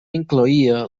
incloïa